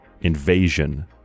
invasion